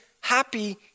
happy